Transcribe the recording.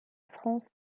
france